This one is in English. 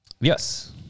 Yes